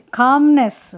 calmness